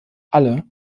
alle